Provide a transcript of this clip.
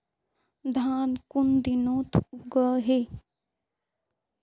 धान कुन दिनोत उगैहे